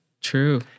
True